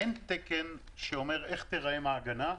אין תקן שאומר איך תיראה מעגנה.